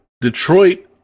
Detroit